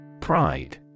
Pride